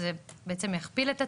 אז זה בעצם יכפיל את עצמו.